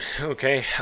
Okay